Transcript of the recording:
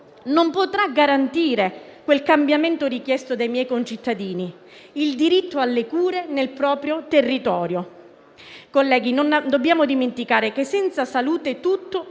non potrà garantire il cambiamento richiesto dai miei concittadini: il diritto alle cure nel proprio territorio. Colleghi, non dobbiamo dimenticare che, senza salute, tutto